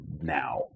now